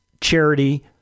charity